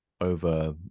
over